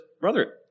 brother